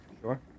Sure